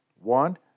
One